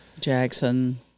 Jackson